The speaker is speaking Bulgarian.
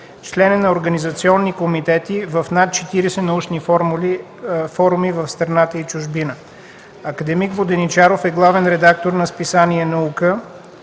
Член е на организационни комитети в над 40 научни форуми в страната и в чужбина. Академик Воденичаров е главен редактор на списание „Наука”,